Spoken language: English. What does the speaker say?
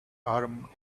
arm